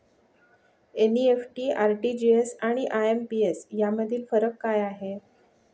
NEFT, RTGS आणि IMPS यामधील फरक काय आहे?